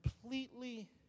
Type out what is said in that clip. completely